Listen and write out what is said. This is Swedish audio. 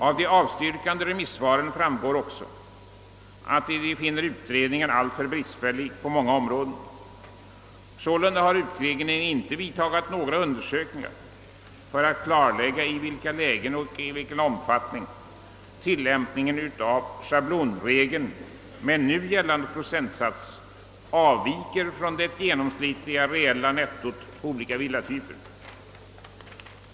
Av de avstyrkande remissvaren framgår också att utredningen befunnits alltför bristfällig på många områden, Således har utredningen inte gjort några undersökningar för att klarlägga i vilka lägen och i vilken omfattning tillämpningen av schablonregeln med nu gällande procentsats avviker från det genomsnittliga reella nettot på olika villatyper.